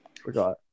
forgot